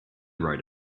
write